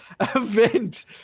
event